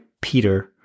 Peter